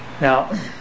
Now